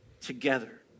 together